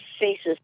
faces